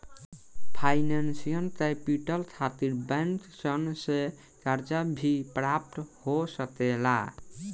financial capital खातिर bank सन से कर्जा भी प्राप्त हो सकेला